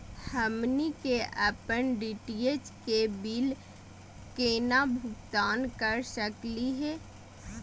हमनी के अपन डी.टी.एच के बिल केना भुगतान कर सकली हे?